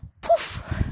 poof